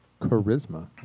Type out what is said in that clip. charisma